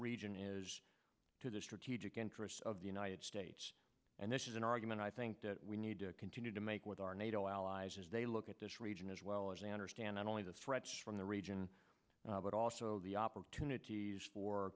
region is to the strategic interests of the united states and this is an argument i think that we need to continue to make with our nato allies as they look at this region as well as an er stand not only the threats from the region but also the opportunities for